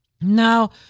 Now